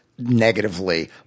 negatively